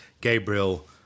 Gabriel